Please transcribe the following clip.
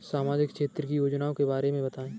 सामाजिक क्षेत्र की योजनाओं के बारे में बताएँ?